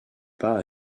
pas